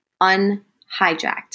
un-hijacked